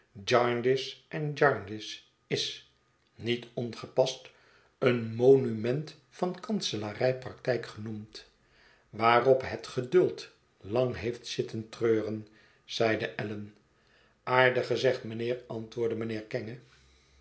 jarndyce en jarndyce is niet ongepast een monument van kanselarij praktijk genoemd waarop het geduld lang heeft zitten treuren zeide allan aardig gezegd mijnheer antwoordde mynheer kenge